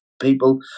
people